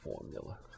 formula